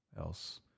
else